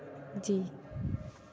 जी